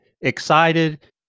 excited